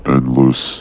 Endless